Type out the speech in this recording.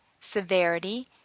severity